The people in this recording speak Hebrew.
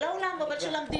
גם של העולם אבל גם של המדינה,